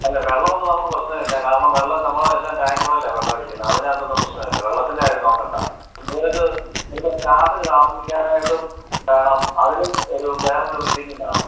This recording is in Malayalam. അല്ല വെള്ളമൊന്നും നമുക്ക് പ്രശ്നമില്ല കാരണം വെള്ളം നമ്മളെല്ലാം ടാങ്കറിലാണ് വെള്ളമടിക്കുന്നത് അതിനകത്തൊന്നും പ്രശ്നമില്ല വെള്ളത്തിൻ്റെ കാര്യം നോക്കേണ്ട പിന്നെ ഇവര്ക്ക് സ്റ്റാഫിന് താമസിക്കാനായിട്ടും വേണം അതിനുമൊരു വേറൊരു ബിൽഡിങ്ങും വേണം